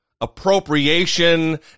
appropriation